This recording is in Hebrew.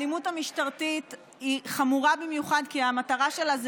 האלימות המשטרתית היא חמורה במיוחד כי המטרה שלה זה